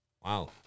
Wow